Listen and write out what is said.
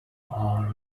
are